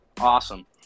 awesome